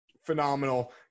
phenomenal